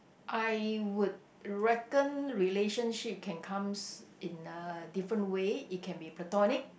I would reckon relationship can comes in uh different way it can be platonic